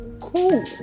Cool